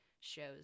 shows